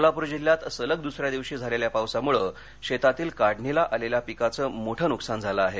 सोलापूर जिल्ह्यात सलग दुसऱ्या दिवशी झालेल्या पावसामुळे शेतातील काढणीला आलेल्या पिकांचं मोठं नुकसान झालं आहे